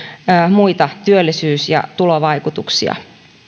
muita työllisyys ja tulovaikutuksia